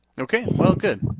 okay, well good.